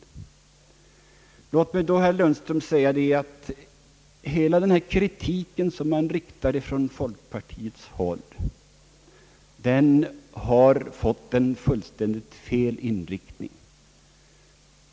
Jag vill säga till herr Lundström att hela kritiken från folkpartihåll har fått en fullständigt felaktig inriktning.